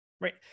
Right